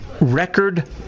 Record